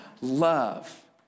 love